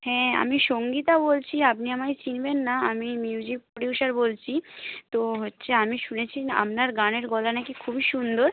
হ্যাঁ আমি সঙ্গীতা বলছি আপনি আমাকে চিনবেন না আমি মিউজিক প্রোডিউসার বলছি তো হচ্ছে আমি শুনেছি আপনার গানের গলা নাকি খুবই সুন্দর